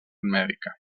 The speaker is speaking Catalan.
mèdica